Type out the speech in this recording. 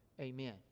Amen